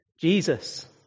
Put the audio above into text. Jesus